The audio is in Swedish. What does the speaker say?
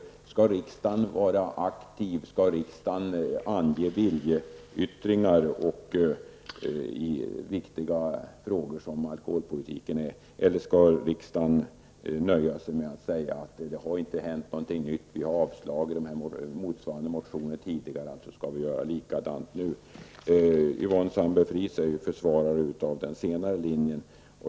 Skall riksdagen vara aktiv och ange viljeyttringar i viktiga frågor som alkoholpolitiken, eller skall riksdagen nöja sig med att säga att det inte har hänt någonting nytt. Vi har avslagit motsvarande motioner tidigare, alltså skall vi göra likadant nu. Yvonne Sandberg-Fries är försvarare av den senare linjen.